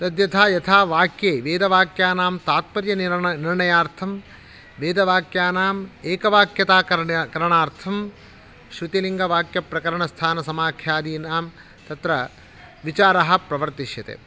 तद्यथा यथा वाक्ये वेदवाक्यानां तात्पर्य निर्णयार्थं वेदवाक्यानां एकवाक्यता करणार्थं श्रुतिलिङ्गवाक्यप्रकरणस्थानसमाख्यादीनां तत्र विचारः प्रवर्तिष्यते